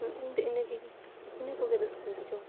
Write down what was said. ᱤᱧ ᱫᱚ ᱤᱱᱟᱹᱜᱮ ᱤᱱᱟᱹ ᱠᱚᱜᱮ ᱨᱟᱹᱥᱠᱟᱹᱧ ᱵᱩᱡᱷᱟᱹᱣᱟ